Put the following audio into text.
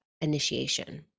initiation